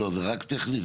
זה רק טכני?